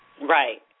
Right